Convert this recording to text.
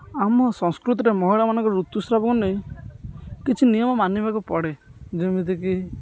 ଆମ ସଂସ୍କୃତିରେ ମହିଳାମାନଙ୍କ ଋତୁସ୍ରାବକୁ ନେଇ କିଛି ନିୟମ ମାନିବାକୁ ପଡ଼େ ଯେମିତିକି